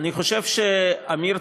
אני חושב שעמיר,